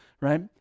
Right